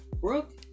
Brooke